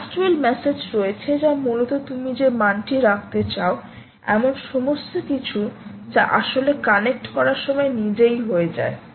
last will message রয়েছে যা মূলত তুমি যে মানটি রাখতে চাও এমন সমস্ত কিছু যা আসলে কানেক্ট করার সময়ে নিজেই হয়ে যায়